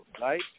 Right